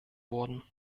wurden